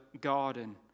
garden